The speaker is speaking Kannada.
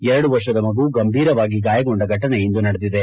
ಎರಡು ವರ್ಷದ ಮಗು ಗಂಭೀರವಾಗಿ ಗಾಯಗೊಂಡ ಫಟನೆ ಇಂದು ನಡೆದಿದೆ